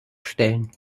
stellen